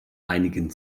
einigen